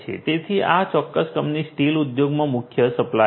તેથી આ ચોક્કસ કંપની સ્ટીલ ઉદ્યોગમાં મુખ્ય સપ્લાયર છે